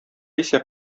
исә